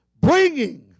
bringing